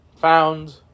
found